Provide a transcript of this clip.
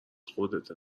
خودته